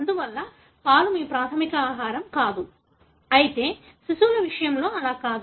అందువల్ల పాలు మీ ప్రాథమిక ఆహారం కాదు అయితే శిశువుల విషయంలో అలా కాదు